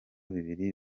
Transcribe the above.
bibiri